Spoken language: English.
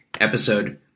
episode